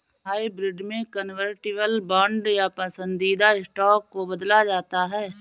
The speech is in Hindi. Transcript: हाइब्रिड में कन्वर्टिबल बांड या पसंदीदा स्टॉक को बदला जाता है